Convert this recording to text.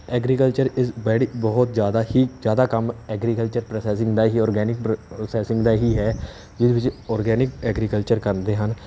agriculture is very ਬਹੁਤ ਜ਼ਿਆਦਾ ਹੀ ਜ਼ਿਆਦਾ ਕੰਮ ਐਗਰੀਕਲਚਰ ਪ੍ਰੋਸੈਸਿੰਗ ਦਾ ਇਹ ਹੀ ਔਰਗੈਨਿਕ ਪ੍ਰੋਸੈਸਿੰਗ ਦਾ ਇਹ ਹੀ ਹੈ ਜਿਸ ਵਿੱਚ ਔਰਗੈਨਿਕ ਐਗਰੀਕਲਚਰ ਕਰਦੇ ਹਨ